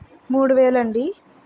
మూడువేలు అండి